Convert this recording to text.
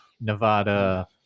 Nevada